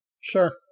Sure